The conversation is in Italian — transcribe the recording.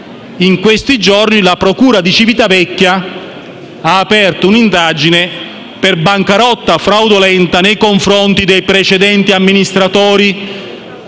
in questi giorni la procura di Civitavecchia ha aperto un'indagine per bancarotta fraudolenta nei confronti dei precedenti amministratori,